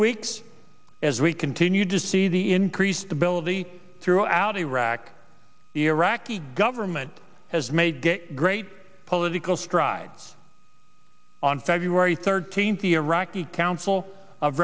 weeks as we continue to see the increased ability throughout iraq the iraqi government has made great political strides on feb thirteenth iraqi council of